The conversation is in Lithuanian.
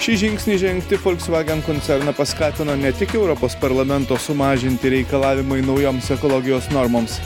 šį žingsnį žengti folksvagen koncerną paskatino ne tik europos parlamento sumažinti reikalavimai naujoms ekologijos normoms